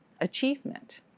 achievement